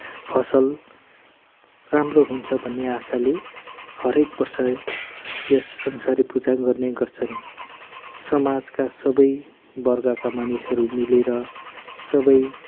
फसल राम्रो हुन्छ भन्ने आशाले हरेक वर्ष यस संसारी पूजा गर्ने गर्छन् समाजका सबै वर्गका मनिसहरू मिलेर सबै